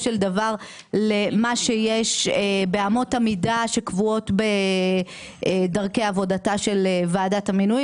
למה שיש באמות המידה שקבועות בדרכי עבודתה של ועדת המינויים